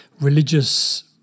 religious